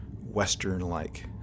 Western-like